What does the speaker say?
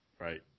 Right